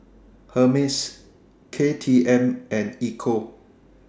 Hermes KTM and Ecco